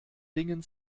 dingen